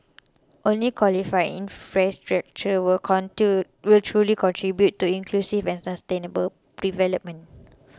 only quality infrastructure will truly contribute to inclusive and sustainable development